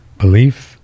Belief